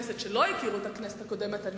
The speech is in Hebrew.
הלאומי לשכר חודשי של עד 70,000 שקלים,